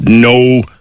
No